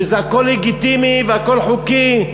שזה הכול לגיטימי והכול חוקי,